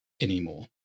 anymore